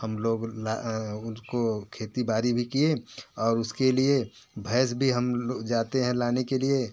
हम लोग उनको खेती बाड़ी भी किए और उसके लिए भैंस भी हम लोग जाते हैं लाने के लिए